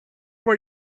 what